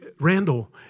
Randall